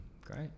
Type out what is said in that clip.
great